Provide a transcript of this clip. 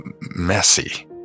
messy